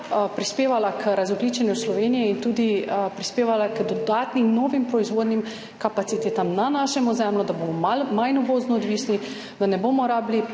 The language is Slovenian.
prispevala k razogljičenju Slovenije in prispevala tudi k dodatnim novim proizvodnim kapacitetam na našem ozemlju, da bomo manj vozno odvisni, da ne bomo rabili